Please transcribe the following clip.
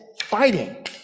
fighting